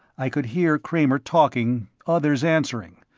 i could hear kramer talking, others answering,